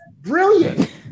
brilliant